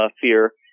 fear